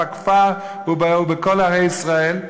בכפר ובכל ערי ישראל,